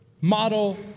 model